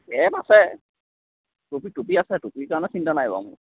Cape আছে টুপি টুপি আছে টুপিৰ কাৰণে চিন্তা নাই বাৰু মোৰ